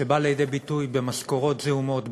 שבא לידי ביטוי במשכורות זעומות,